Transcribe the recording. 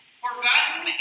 forgotten